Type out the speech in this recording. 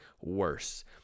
worse